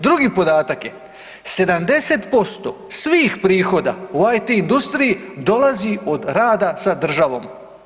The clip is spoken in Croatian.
Drugi podatak je 70% svih prihoda u IT industriji, dolazi od rada sa državom.